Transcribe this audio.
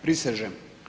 Prisežem.